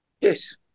yes